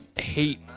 Hate